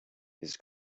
his